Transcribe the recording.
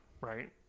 right